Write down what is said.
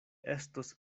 estos